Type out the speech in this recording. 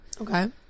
Okay